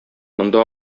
монда